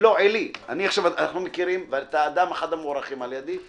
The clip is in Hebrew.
אנחנו מכירים ואתה אחד האנשים המוערכים על ידי,